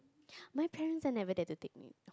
my parents are never there to take me